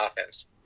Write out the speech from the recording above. offense